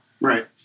Right